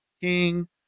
King